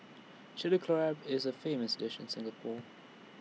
Chilli Crab is A famous dish in Singapore